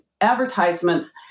advertisements